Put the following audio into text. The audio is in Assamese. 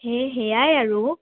সেই সেয়াই আৰু